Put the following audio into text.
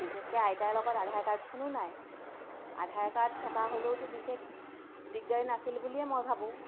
বিশেষকৈ আইতাৰ লগত আধাৰ কাৰ্ডখনো নাই আধাৰ কাৰ্ড থকা হ'লেওতো বিশেষ দিগদাৰী নাছিল বুলিয়ে মই ভাবোঁ